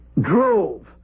Drove